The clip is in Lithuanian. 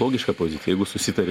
logiška pozicija jeigu susitari